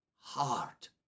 heart